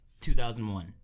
2001